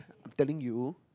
I'm telling you